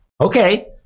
Okay